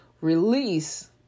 Release